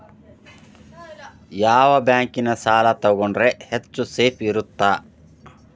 ಯಾವ ಬ್ಯಾಂಕಿನ ಸಾಲ ತಗೊಂಡ್ರೆ ಹೆಚ್ಚು ಸೇಫ್ ಇರುತ್ತಾ?